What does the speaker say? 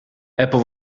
apple